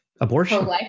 Abortion